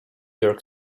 york